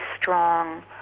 strong